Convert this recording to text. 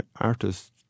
artists